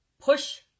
push